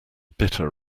bitter